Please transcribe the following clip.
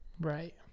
right